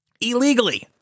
illegally